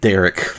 Derek